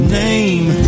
name